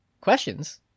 Questions